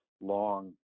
long